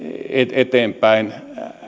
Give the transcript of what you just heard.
eteenpäin